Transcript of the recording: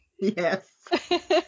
Yes